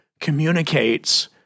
communicates